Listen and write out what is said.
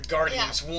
Guardians